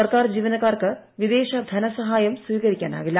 സർക്കാർ ജീവനക്കാർക്ക് വിദേശ ധനസഹായം സ്വീകരിക്കാനാവില്ല